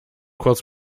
kurz